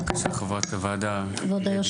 חברת הוועדה, דבי ביטון,